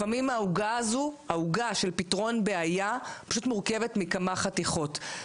לפעמים העוגה של פתרון בעיה פשוט מורכבת מכמה חתיכות.